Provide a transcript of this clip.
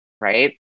right